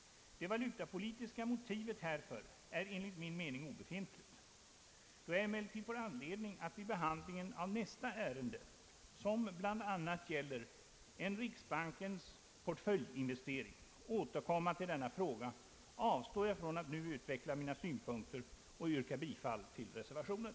Det valutapolitiska motivet härför är enligt min mening obefintligt. Då jag emellertid får anledning att vid behandlingen av nästa ärende, som bland annat gäller en riksbankens portföljinvestering, återkomma till denna fråga avstår jag från att nu utveckla mina synpunkter och yrkar bifall till reservationen.